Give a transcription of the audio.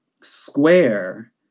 square